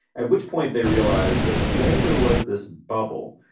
at which point they realize that when there was this bubble,